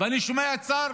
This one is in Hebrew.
ואני שומע את שר